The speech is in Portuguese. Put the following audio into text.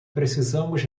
precisamos